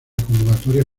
convocatoria